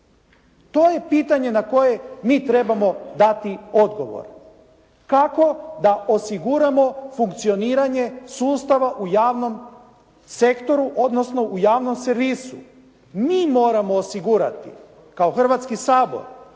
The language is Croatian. To je pitanje na koje mi trebamo dati odgovor. Kako da osiguramo funkcioniranje sustava u javnom sektoru odnosno u javnom servisu. Mi moramo osigurati kao Hrvatski sabor,